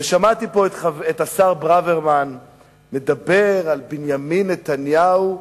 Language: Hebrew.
שמעתי פה את השר ברוורמן מדבר על בנימין נתניהו,